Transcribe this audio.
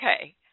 Okay